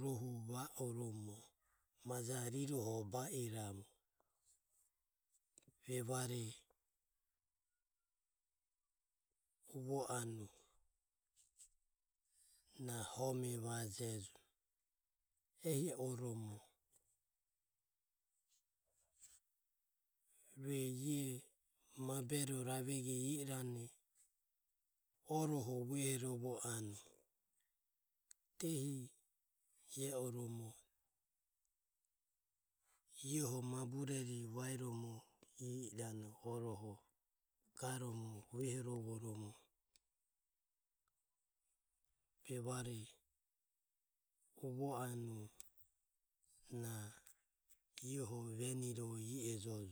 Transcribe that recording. rohu va oromo majae riroho ba iramu. Va o majae riroho ba iramu u vo anue na homevajejo. Ehi oromo rue iae mabero ravego e irane oroho vuehoro vo anue. Diehi e oromo iaeho mabero ravego i irane joho vuehoro vo anue garomo vuehorovo anue vevare uvo anue, na iaeho venire e ijojo.